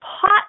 pot